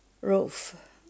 roof